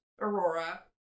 Aurora